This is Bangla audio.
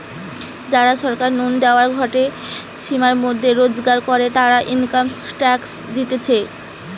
যারা সরকার নু দেওয়া গটে সীমার মধ্যে রোজগার করে, তারা ইনকাম ট্যাক্স দিতেছে